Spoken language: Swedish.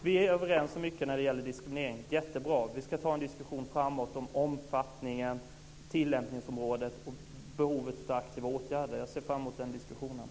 Vi är överens om mycket när det gäller diskriminering - jättebra. Vi ska ta en diskussion framåt om omfattningen, tillämpningsområdet och behovet av aktiva åtgärder. Jag ser fram emot den diskussionen.